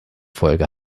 folge